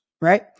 right